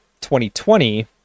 2020